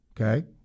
okay